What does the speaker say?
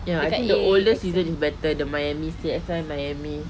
ya I think the older season is better the miami C_S_I miami